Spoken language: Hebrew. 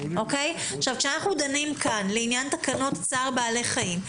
כאשר אנחנו דנים כאן לעניין תקנות צער בעלי חיים,